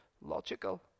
logical